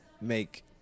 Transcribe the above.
make